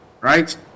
Right